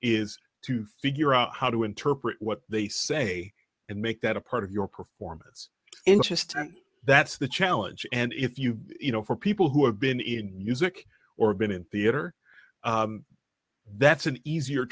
is to figure out how to interpret what they say and make that a part of your performance interest and that's the challenge and if you you know for people who have been in music or been in theater that's an easier